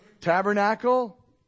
Tabernacle